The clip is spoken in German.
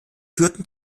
führten